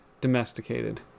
Domesticated